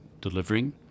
delivering